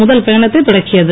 முதல் பயணத்தை தொடங்கியது